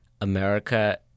america